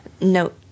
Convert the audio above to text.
note